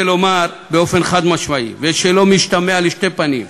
לומר באופן חד-משמעי ושלא משתמע לשתי פנים: